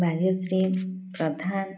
Bhagyashree Pradhan